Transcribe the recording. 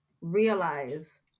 realize